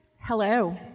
Hello